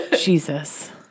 Jesus